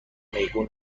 میگو